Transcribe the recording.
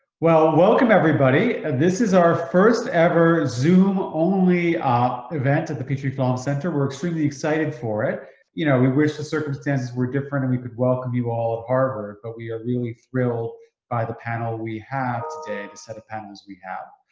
well, welcome everybody this is our first ever zoom only event at the petrie film center. we're extremely excited for it you know we wish the circumstances were different and we could welcome you all harvard, but we are really thrilled by the panel we have today, the set of panels we have.